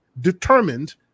determined